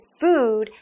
food